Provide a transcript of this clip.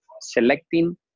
Selecting